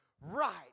right